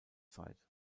zeit